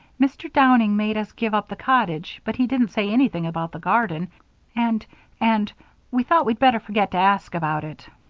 mr. downing made us give up the cottage, but he didn't say anything about the garden and and we thought we'd better forget to ask about it.